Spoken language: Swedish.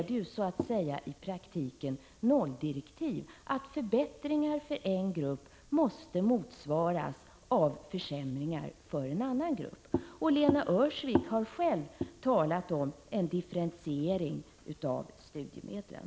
Det är ju i praktiken nolldirektiv att förbättringar för en grupp måste motsvaras av försämringar för en annan grupp. Och Lena Öhrsvik har själv talat om en differentiering av studiemedlen.